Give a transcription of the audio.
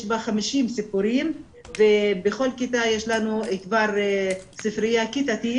בה 50 סיפורים ובכל כיתה יש לנו ספרייה כיתתית,